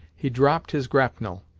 he dropped his grapnel,